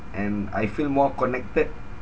and I feel more connected